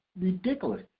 Ridiculous